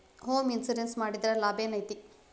Home insurance ಮಡ್ಸಿದ್ರ ಲಾಭೆನೈತಿ?